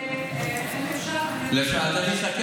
ואם אפשר, אני אתן לך את זה בכתב.